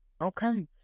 Okay